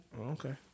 Okay